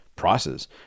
Prices